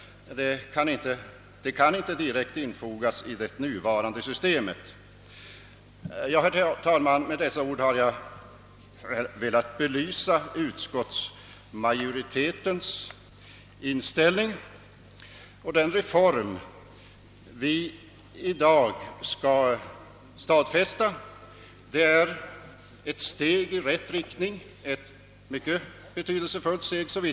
Det kan inte direkt infogas i det nuvarande systemet. Herr talman! Med dessa ord har jag velat belysa utskottsmajoritetens inställ ning. Den reform vi i dag skall stadfästa är ett steg i rätt riktning, ett — såvitt jag förstår — mycket betydelsefullt steg.